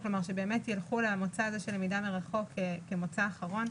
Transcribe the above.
שבאמת ילכו למוצא הזה של למידה מרחוק כמוצא אחרון.